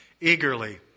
Eagerly